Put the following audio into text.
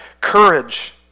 courage